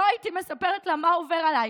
לא הייתי מספרת לה מה עובר עליי